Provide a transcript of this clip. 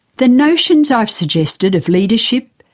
the notions i've suggested of leadership,